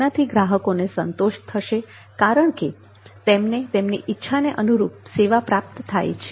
આનાથી ગ્રાહકોને સંતોષ થશે કારણકે તેમને તેમની ઇચ્છાને અનુરૂપ સેવા પ્રાપ્ત થાય છે